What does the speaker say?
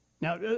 Now